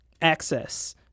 access